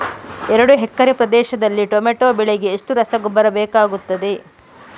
ಎರಡು ಎಕರೆ ಪ್ರದೇಶದಲ್ಲಿ ಟೊಮ್ಯಾಟೊ ಬೆಳೆಗೆ ಎಷ್ಟು ರಸಗೊಬ್ಬರ ಬೇಕಾಗುತ್ತದೆ?